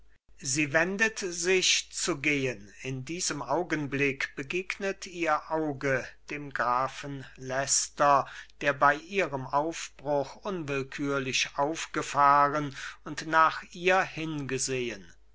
sie wendet sich zu gehen in diesem augenblick begegnet ihr auge dem grafen leicester der bei ihrem aufbruch unwillkürlich aufgefahren und nach ihr hingesehen